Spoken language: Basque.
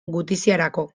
gutiziarako